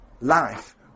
life